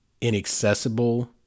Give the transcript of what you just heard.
inaccessible